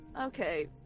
Okay